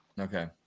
Okay